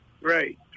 Right